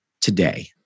today